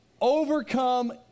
overcome